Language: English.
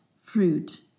fruit